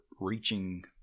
reaching